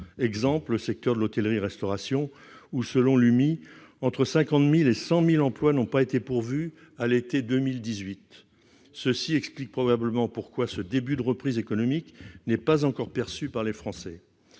et des industries de l'hôtellerie, l'UMIH, entre 50 000 et 100 000 emplois n'ont pas été pourvus à l'été 2018. Cela explique probablement pourquoi ce début de reprise économique n'est pas encore perçu par les Français.